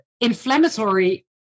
inflammatory